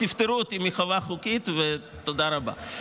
תפטרו אותי מהחובה החוקית ותודה רבה.